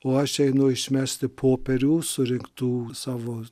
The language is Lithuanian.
o aš einu išmesti popierių surinktų savo